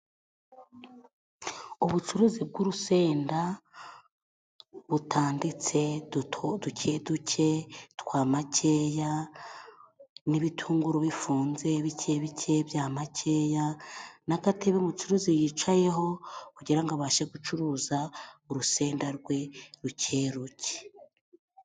Ubucuruzi bw'urusenda butanditse duto duke duke twa makeya n'ibitunguru bifunze bike bike bya makeya n'akatebe umucuruzi yicayeho, kugira ngo abashe gucuruza urusenda rwe ruke ruke.